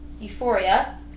euphoria